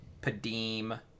Padim